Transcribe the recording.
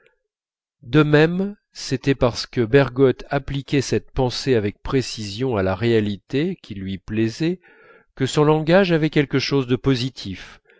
de même c'était parce que bergotte appliquait cette pensée avec précision à la réalité qui lui plaisait que son langage avait quelque chose de positif